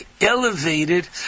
elevated